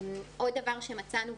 עוד דבר שמצאנו,